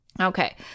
Okay